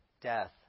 death